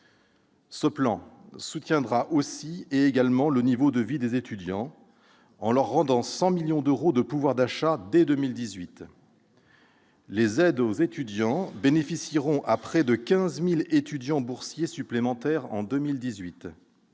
Campus, qui vise à soutenir le niveau de vie des étudiants en leur rendant 100 millions d'euros de pouvoir d'achat dès 2018. Les aides aux étudiants bénéficieront à près de 15 000 étudiants boursiers supplémentaires en 2018.